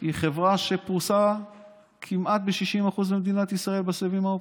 היא חברה שפרוסה כמעט ב-60% ממדינת ישראל בסיבים האופטיים.